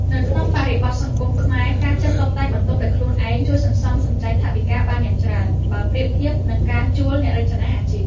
នៅក្នុងបរិបទសង្គមខ្មែរ ការចេះតុបតែងបន្ទប់ដោយខ្លួនឯងជួយសន្សំសំចៃថវិកាបានយ៉ាងច្រើន បើប្រៀបធៀបនឹងការជួលអ្នករចនាអាជីព។